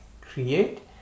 create